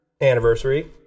anniversary